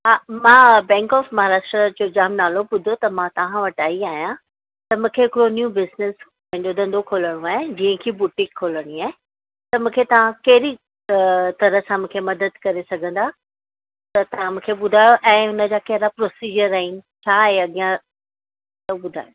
हा मां bank of Maharashtra जो जाम नालो ॿुधो त मां तव्हां वटि आईं आहियां त मूंखे कोई न्यूं बिज़नेस पंहिंजो धंधो खोलिणो आहे जीअं की बुटीक खोलिणी आहे त मूंखे तव्हां कहिड़ी तरह सां मूंखे मदद करे सघंदा त तव्हां मूंखे ॿुधायो ऐं हुन जा कहिड़ा प्रोसिज़र आहिनि छा ऐं अॻियां सभु ॿुधायो